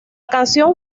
canción